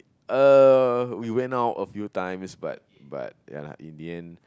uh we went out a few times but but ya lah in the end